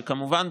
שכמובן,